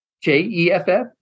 J-E-F-F